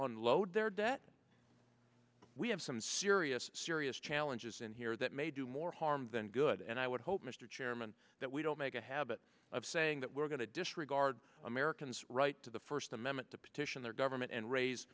onload their debt we have some serious serious challenges in here that may do more harm than good and i would hope mr chairman that we don't make a habit of saying that we're going to disregard americans right to the first amendment to petition their government and raise